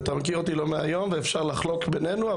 אתה מכיר אותי לא מהיום ואפשר לחלוק ביננו,